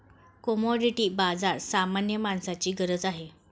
commodity बाजार सामान्य माणसाची गरज आहे